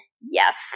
Yes